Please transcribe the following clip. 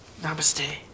Namaste